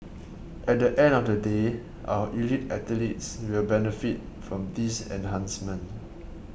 at the end of the day our elite athletes will benefit from this enhancement